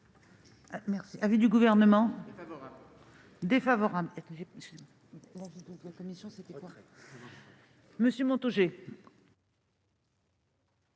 est l'avis du Gouvernement ? Défavorable. Monsieur Montaugé,